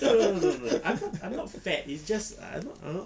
no no no no I'm not I'm not fat is just I not I not